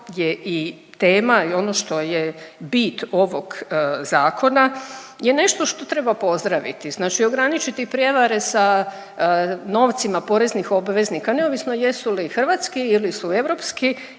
je i tema i ono što je bit ovog zakona je nešto što treba pozdraviti. Znači ograničiti prijevare sa novcima poreznih obveznika neovisno jesu li hrvatski ili su europski